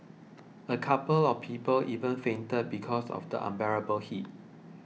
a couple of people even fainted because of the unbearable heat